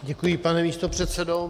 Děkuji, pane místopředsedo.